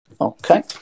Okay